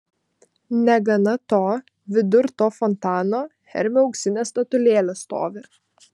negana to vidur to fontano hermio auksinė statulėlė stovi